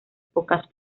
pocas